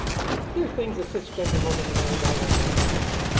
there are things a cisgender woman knows i will never know.